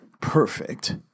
perfect